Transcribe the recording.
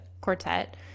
quartet